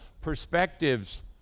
perspectives